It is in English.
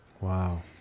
Wow